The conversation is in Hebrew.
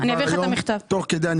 ולדבר איתו תוך כדי.